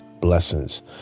blessings